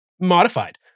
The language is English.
Modified